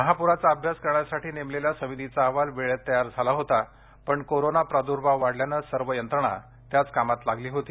महापूराचा अभ्यास करण्यासाठी नेमलेल्या समितीचा अहवाल वेळेत तयार झाला होता पण कोरोना प्रादुर्भाव वाढल्यानं सर्व यंत्रणा त्याच कामात लागली होती